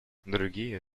другие